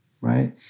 right